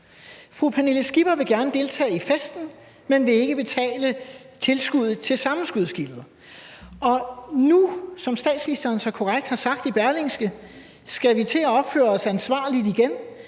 Fru Pernille Skipper vil gerne deltage i festen, men vil ikke betale tilskuddet til sammenskudsgildet. Og nu, som statsministeren så korrekt har sagt i Berlingske, skal vi til at opføre os ansvarligt igen;